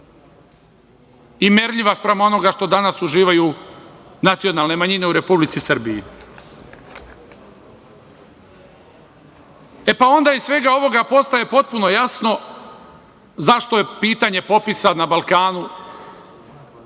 i merljiva spram onoga što danas uživaju nacionalne manjine u Republici Srbiji. Onda iz svega ovoga postaje potpuno jasno zašto je pitanje popisa na Balkanu,